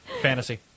Fantasy